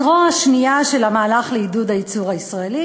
הזרוע השנייה של המהלך לעידוד הייצור הישראלי